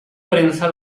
prensa